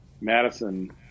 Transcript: Madison